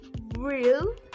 real